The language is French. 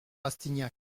rastignac